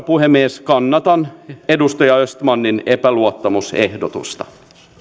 puhemies kannatan edustaja östmanin epäluottamusehdotusta